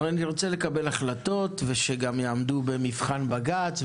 הרי נרצה לקבל החלטות ושגם יעמדו במבחן בג"ץ,